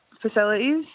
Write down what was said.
Facilities